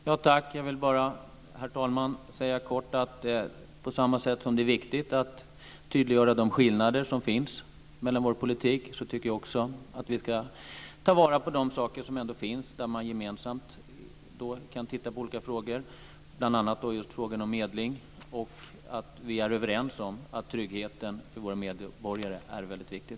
Herr talman! Jag vill bara säga kort att jag, på samma sätt som jag tycker att det är viktigt att tydliggöra de politiska skillnader som finns oss emellan, också tycker att vi ska ta vara på de områden som ändå finns där vi gemensamt kan titta på olika frågor. Det gäller bl.a. just frågan om medling och att vi är överens om att tryggheten för våra medborgare är väldigt viktig.